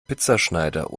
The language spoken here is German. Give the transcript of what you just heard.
pizzaschneider